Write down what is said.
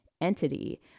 entity